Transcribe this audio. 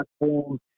platform